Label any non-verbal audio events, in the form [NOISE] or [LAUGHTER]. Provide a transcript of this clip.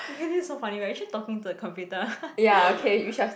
okay this is so funny we're actually talking to a computer [LAUGHS]